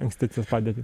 ankstesnę padėtį